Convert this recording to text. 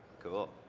cool.